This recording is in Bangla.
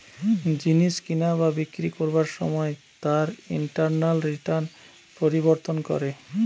জিনিস কিনা বা বিক্রি করবার সময় তার ইন্টারনাল রিটার্ন পরিবর্তন করে